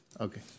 Okay